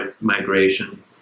migration